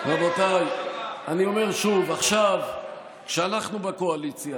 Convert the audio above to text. רבותיי, אני אומר שוב, עכשיו כשאנחנו בקואליציה